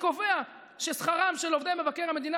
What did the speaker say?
שקובע ששכרם של עובדי מבקר המדינה